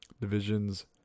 Division's